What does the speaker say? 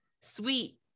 sweet